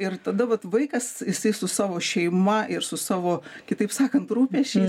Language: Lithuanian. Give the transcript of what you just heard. ir tada vat vaikas jisai su savo šeima ir su savo kitaip sakant rūpesčiais